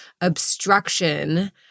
obstruction